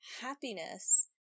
happiness